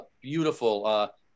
Beautiful